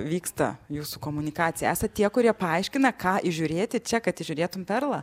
vyksta jūsų komunikaciją esat tie kurie paaiškina ką įžiūrėti čia kad įžiūrėtum perlą